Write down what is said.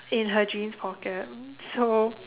in her jeans pocket so